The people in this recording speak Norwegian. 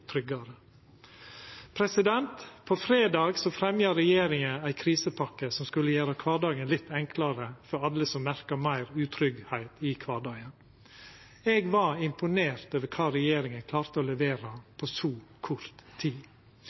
På fredag fremja regjeringa ei krisepakke som skulle gjera kvardagen litt enklare for alle som merka meir utryggleik. Eg var imponert over kva regjeringa klarte å levera på så kort tid.